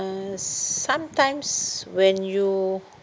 uh sometimes when you